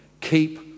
keep